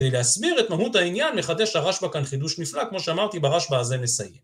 ‫ולהסביר את מהות העניין מחדש ‫הרשבה כאן חידוש נפלא, ‫כמו שאמרתי, ברשבה הזה נסיים.